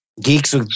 Geeks